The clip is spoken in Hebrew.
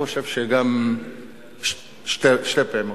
שתי פעימות.